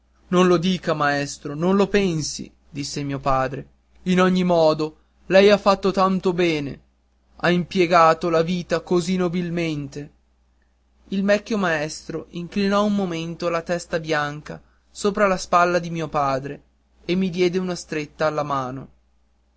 non lo dica maestro non lo pensi disse mio padre in ogni modo lei ha fatto tanto bene ha impiegato la vita così nobilmente il vecchio maestro inclinò un momento la testa bianca sopra la spalla di mio padre e mi diede una stretta alla mano